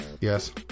Yes